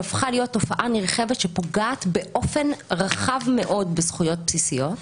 שהפכה להיות תופעה נרחבת שפוגעת באופן רחב מאוד בזכויות בסיסיות.